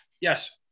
Yes